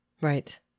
Right